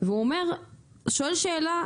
והוא שואל שאלה,